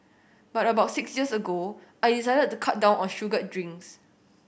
but about six years ago I decided to cut down on sugared drinks